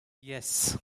yes